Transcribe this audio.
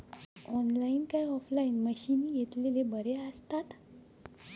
Online काय offline मशीनी घेतलेले बरे आसतात?